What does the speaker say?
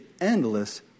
endless